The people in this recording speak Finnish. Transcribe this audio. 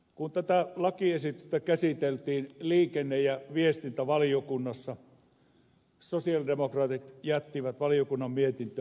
kun tätä lakiesitystä käsiteltiin liikenne ja viestintävaliokunnassa sosialidemokraatit jättivät valiokunnan mietintöön vastalauseen